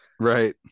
right